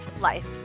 life